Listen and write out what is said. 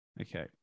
Okay